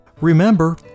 Remember